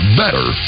better